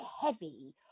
heavy-